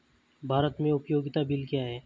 भारत में उपयोगिता बिल क्या हैं?